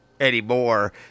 anymore